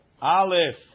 Aleph